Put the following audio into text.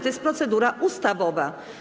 To jest procedura ustawowa.